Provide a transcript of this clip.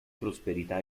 prosperità